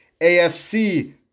AFC